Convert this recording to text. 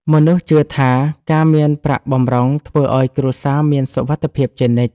មនុស្សជឿថា ការមានប្រាក់បម្រុងធ្វើឱ្យគ្រួសារមានសុវត្ថិភាពជានិច្ច។